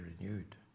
renewed